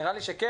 ונראה לי שכן,